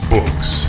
Books